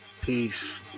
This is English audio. Peace